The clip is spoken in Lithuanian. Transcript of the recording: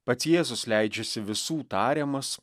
pats jėzus leidžiasi visų tariamas